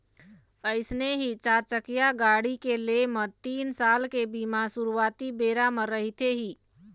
अइसने ही चारचकिया गाड़ी के लेय म तीन साल के बीमा सुरुवाती बेरा म रहिथे ही